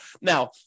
Now